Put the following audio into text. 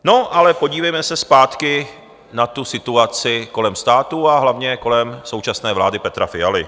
No ale podívejme se zpátky na tu situaci kolem státu a hlavně kolem současné vlády Petra Fialy.